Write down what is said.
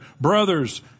brothers